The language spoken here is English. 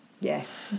Yes